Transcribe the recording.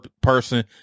person